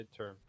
midterm